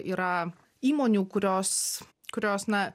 yra įmonių kurios kurios na